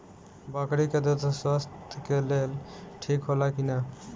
बकरी के दूध स्वास्थ्य के लेल ठीक होला कि ना?